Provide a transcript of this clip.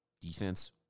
defense